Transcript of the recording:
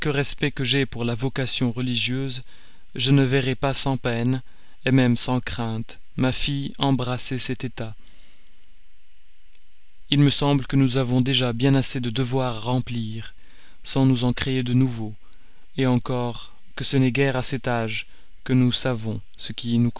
respect que j'aie pour la vocation religieuse je ne verrais pas sans peine même sans crainte ma fille embrasser cet état il me semble que nous avons déjà bien assez de devoirs à remplir sans nous en créer de nouveaux encore que ce n'est guère à cet âge que nous savons ce qui